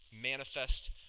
manifest